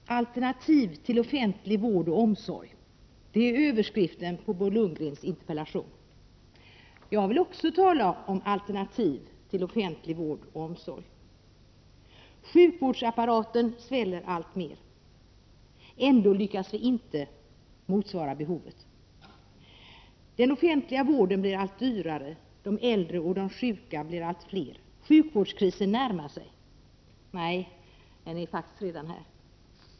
Herr talman! ”Alternativ till offentlig vård och omsorg” är rubriken på Bo Lundgrens interpellation. Jag vill också tala om alternativ till offentlig vård och omsorg. Sjukvårdsapparaten sväller alltmer. Ändå lyckas den inte motsvara behovet. Den offentliga vården blir allt dyrare. De äldre och de sjuka blir allt fler. Sjukvårdskrisen närmar sig. Nej, den är faktiskt redan här.